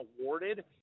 awarded